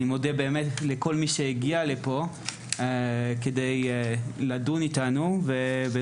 אני מודה לכל מי שהגיע כדי לדון איתנו ומאמין